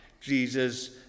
Jesus